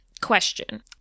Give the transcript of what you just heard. question